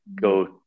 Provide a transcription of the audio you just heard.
go